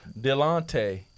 Delante